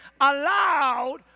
allowed